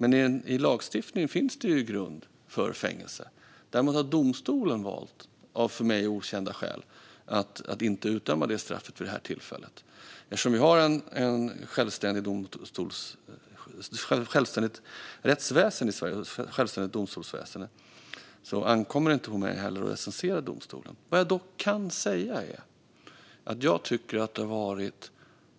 Men i lagstiftningen finns det ju grund för fängelse. Däremot har domstolen valt, av för mig okända skäl, att inte utdöma det straffet vid det här tillfället. Eftersom vi har ett självständigt rättsväsen och ett självständigt domstolsväsen ankommer det inte på mig att recensera domstolen. Vad jag dock kan säga är att jag tycker att det har varit